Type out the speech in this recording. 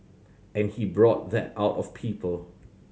and he brought that out of people